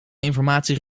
informatie